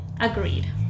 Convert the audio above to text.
agreed